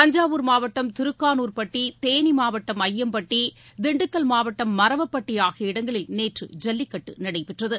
தஞ்சாவூர் மாவட்டம் திருக்கானூர்பட்டி தேனி மாவட்டம் ஐயம்பட்டி திண்டுக்கல் மாவட்டம் மரவப்பட்டி ஆகிய இடங்களில் நேற்று ஜல்லிக்கட்டு நடைபெற்றது